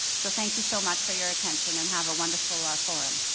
so thank you so much for your attention and have a wonderful ah forum.